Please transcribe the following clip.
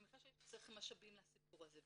אני מניחה שצריך משאבים לסיפור הזה,